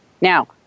Now